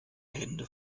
hände